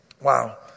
Wow